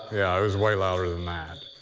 yeah. it was way louder than that.